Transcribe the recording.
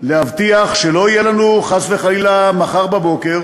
להבטיח שלא יהיה לנו חס וחלילה מחר בבוקר